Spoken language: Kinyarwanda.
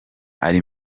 ari